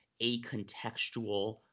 a-contextual